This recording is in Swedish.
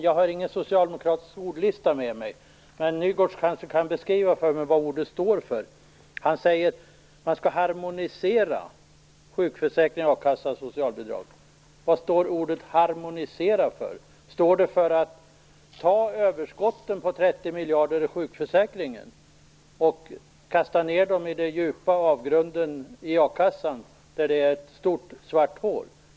Jag har ingen socialdemokratisk ordlista med mig, men Sven-Åke Nygårds kan kanske beskriva för mig vad ordet harmonisera står för. Han säger nämligen att man skall harmonisera sjukförsäkring, akassa och socialbidrag. Betyder ordet harmonisera att ta sjukförsäkringens överskott på 30 miljarder kronor och kasta ned de pengarna i a-kassans djupa avgrund? Där är det ju bara ett stort svart hål.